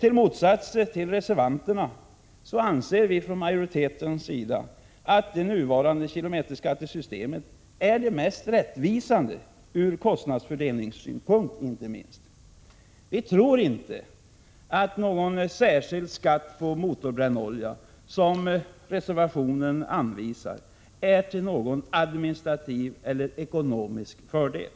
I motsats till reservanterna anser vi i utskottsmajoriteten att det nuvarande kilometerskattesystemet är det mest rättvisa, inte minst ur kostnadsfördelningssynpunkt. Vi tror inte att en särskild skatt på motorbrännolja, som anvisas i reservationen, innebär någon administrativ eller ekonomisk fördel.